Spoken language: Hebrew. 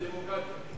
הדמוקרטיה.